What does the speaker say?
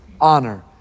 honor